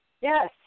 Yes